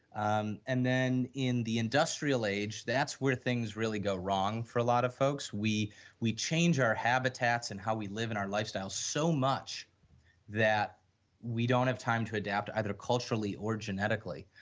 um and then, in the industrial age that's where things really go wrong for a lot of folks, we we change our habitats and how we live in our lifestyle so much that we don't have time to adapt either culturally or genetically,